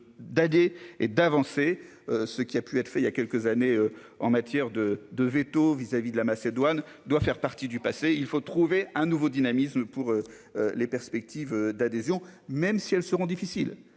d'AD et d'avancer. Ce qui a pu être fait, il y a quelques années en matière de de véto vis-à-vis de la Macédoine doit faire partie du passé, il faut trouver un nouveau dynamisme pour. Les perspectives d'adhésion, même si elles seront difficiles.